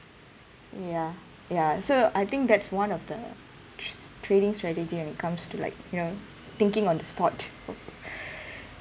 ya ya so I think that's one of the tra~ trading strategy when it comes to like you know thinking on the spot